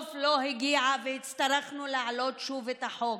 בסוף היא לא הגיעה, והצטרכנו להעלות שוב את החוק.